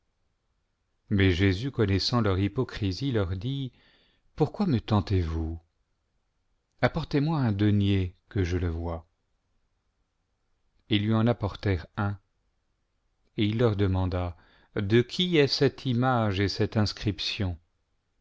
mais jésus connaissant leur hypocrisie leur dit pourquoi me tentez vous apportez-moi un denier que je le vois ils lui en apportèrent un et il leur demanda de qui est cette image et cette inscription